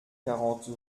quarante